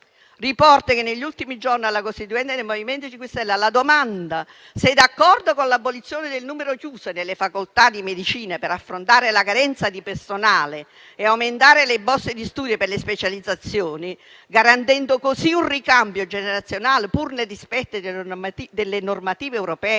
Riporto che negli ultimi giorni, alla costituente del MoVimento 5 Stelle, alla domanda se si era d'accordo con l'abolizione del numero chiuso delle facoltà di medicina per affrontare la carenza di personale e aumentare le borse di studio per le specializzazioni, garantendo così un ricambio generazionale, pur nel rispetto delle normative europee,